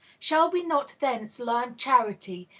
shall we not thence learn charity,